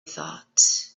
thought